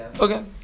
Okay